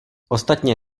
ostatně